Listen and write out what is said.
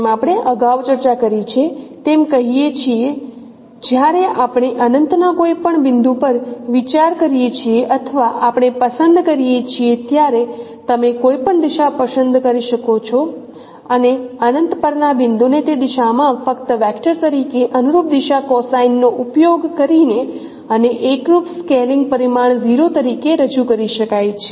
જેમ આપણે અગાઉ ચર્ચા કરી છે તેમ કહીએ છીએ જ્યારે આપણે અનંતના કોઈ બિંદુ પર વિચાર કરીએ છીએ અથવા આપણે પસંદ કરી શકીએ છીએ ત્યારે તમે કોઈપણ દિશા પસંદ કરી શકો છો અને અનંત પરના બિંદુને તે દિશામાં ફક્ત વેક્ટર તરીકે અનુરૂપ દિશા કોસાઇન નો ઉપયોગ કરીને અને એકરૂપ સ્કેલિંગ પરિમાણ 0 તરીકે રજૂ કરી શકાય છે